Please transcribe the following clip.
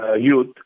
youth